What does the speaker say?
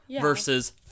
versus